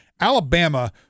Alabama